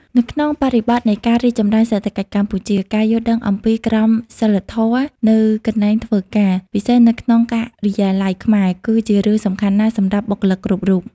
នៅក្នុងបរិបទនៃការរីកចម្រើនសេដ្ឋកិច្ចកម្ពុជា ការយល់ដឹងអំពីក្រមសីលធម៌នៅកន្លែងធ្វើការ ពិសេសនៅក្នុងការិយាល័យខ្មែរ គឺជារឿងសំខាន់ណាស់សម្រាប់បុគ្គលិកគ្រប់រូប។